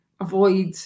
avoid